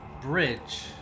bridge